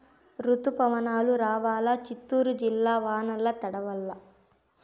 రుతుపవనాలు రావాలా చిత్తూరు జిల్లా వానల్ల తడవల్ల